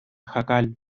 jacal